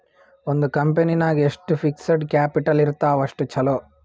ಒಂದ್ ಕಂಪನಿ ನಾಗ್ ಎಷ್ಟ್ ಫಿಕ್ಸಡ್ ಕ್ಯಾಪಿಟಲ್ ಇರ್ತಾವ್ ಅಷ್ಟ ಛಲೋ